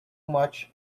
much